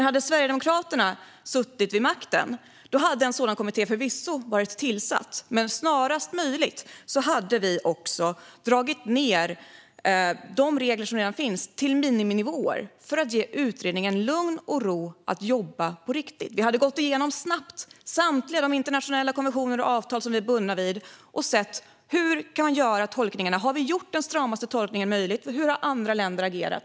Hade Sverigedemokraterna suttit vid makten hade en sådan kommitté förvisso varit tillsatt, men snarast möjligt hade vi också dragit ned de regler som redan finns till miniminivåer för att ge utredningen lugn och ro att jobba på riktigt. Vi hade snabbt gått igenom samtliga internationella konventioner och avtal som vi är bundna av och sett efter: Hur kan vi göra tolkningarna? Har vi gjort stramaste möjliga tolkning? Hur har andra länder agerat?